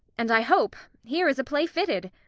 and, i hope, here is a play fitted.